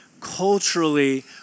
culturally